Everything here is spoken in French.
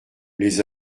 les